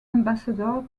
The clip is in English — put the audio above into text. ambassador